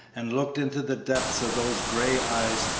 and looked into the depths of those gray eyes,